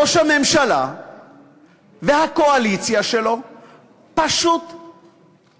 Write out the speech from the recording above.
ראש הממשלה והקואליציה שלו פשוט